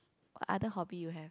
other hobby you have